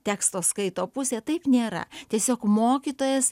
teksto skaito pusę taip nėra tiesiog mokytojas